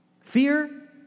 Fear